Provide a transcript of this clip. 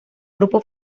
grupo